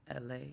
LA